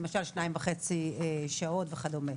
למשל שעתיים וחצי וכדומה.